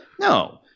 No